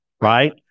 right